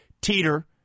teeter